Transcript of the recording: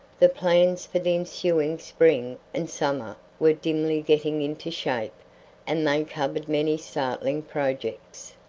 the plans for the ensuing spring and summer were dimly getting into shape and they covered many startling projects.